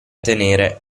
tenere